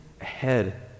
ahead